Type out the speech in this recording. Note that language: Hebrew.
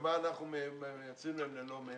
ומה למשל אנחנו מייצאים להם ללא מכס?